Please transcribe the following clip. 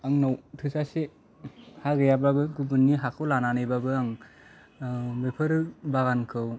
आंनाव थोजासे हा गैयाब्लाबो गुबुननि हाखौ लानानैब्लाबो आं बेफोर बागानखौ